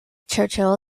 churchill